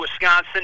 Wisconsin